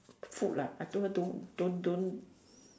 food lah I told her to don't don't